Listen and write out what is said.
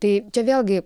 tai čia vėlgi